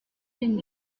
une